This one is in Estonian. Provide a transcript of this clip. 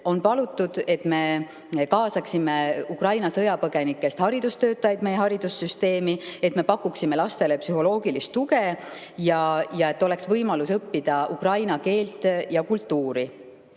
On palutud, et me kaasaksime Ukraina sõjapõgenikest haridustöötajaid meie haridussüsteemi, pakuksime lastele psühholoogilist tuge ning võimaldaksime õppida ukraina keelt ja kultuuri. Tõesti,